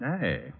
Hey